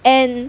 and